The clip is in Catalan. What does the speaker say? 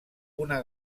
una